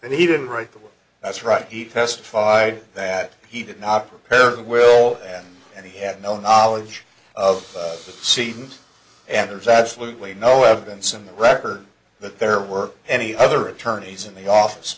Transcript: and he didn't write that that's right he testified that he did not prepared will and he had no knowledge of his seat and there's absolutely no evidence in the record that there were any other attorneys in the office